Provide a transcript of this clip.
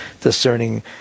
discerning